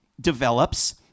develops